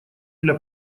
для